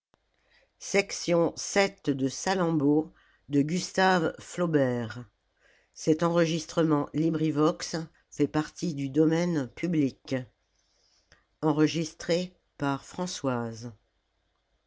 de salammbô d'un